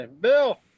bill